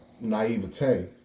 naivete